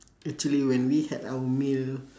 actually when we had our meal